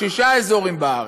לשישה אזורים בארץ.